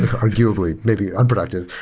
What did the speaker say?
arguably, maybe unproductive,